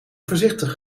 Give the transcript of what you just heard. voorzichtig